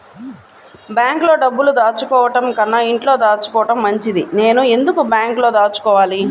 బ్యాంక్లో డబ్బులు దాచుకోవటంకన్నా ఇంట్లో దాచుకోవటం మంచిది నేను ఎందుకు బ్యాంక్లో దాచుకోవాలి?